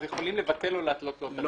יכולים לבטל לו, להתלות לו את הרישיון.